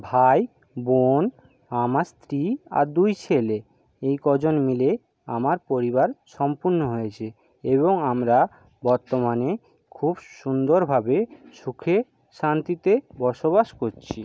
ভাই বোন আমার স্ত্রী আর দুই ছেলে এই কজন মিলে আমার পরিবার সম্পূর্ণ হয়েছে এবং আমরা বর্তমানে খুব সুন্দরভাবে সুখে শান্তিতে বসবাস করছি